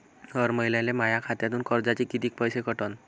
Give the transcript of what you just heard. हर महिन्याले माह्या खात्यातून कर्जाचे कितीक पैसे कटन?